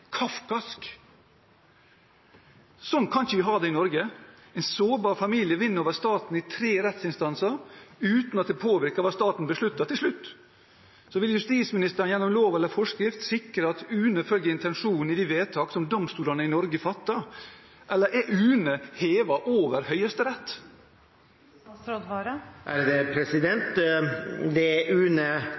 kafkask. Slik kan vi ikke ha det i Norge. En sårbar familie vinner over staten i tre rettsinstanser – uten at det påvirker hva staten beslutter til slutt. Vil justisministeren gjennom lov eller forskrift sikre at UNE følger intensjonen i de vedtakene som domstolene i Norge fatter? Eller er UNE hevet over Høyesterett? Det UNE kan opplyse om, er at høyesterettsdommen innebar at UNE